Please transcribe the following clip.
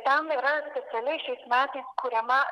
tam yra specialiai šiais metais kuriama ir